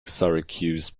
syracuse